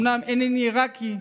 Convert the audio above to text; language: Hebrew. אומנם אינני עיראקי,